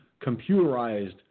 computerized